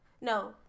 no